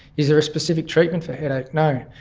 is there a specific treatment for headache? no.